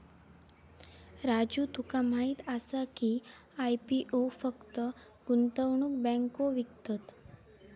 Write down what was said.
राजू तुका माहीत आसा की, आय.पी.ओ फक्त गुंतवणूक बँको विकतत?